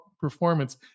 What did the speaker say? performance